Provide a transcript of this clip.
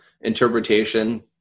interpretation